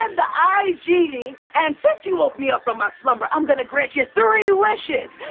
um the igenie and since you woke me up from my slumber, i'm gonna grant you three wishes!